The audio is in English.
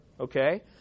okay